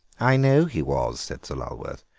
i know he was, said sir lulworth,